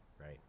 Right